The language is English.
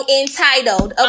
entitled